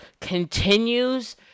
continues